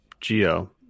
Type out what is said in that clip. Geo